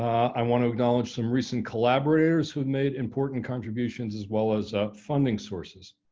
i want to acknowledge some recent collaborators who made important contributions as well as funding sources.